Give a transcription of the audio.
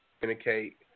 communicate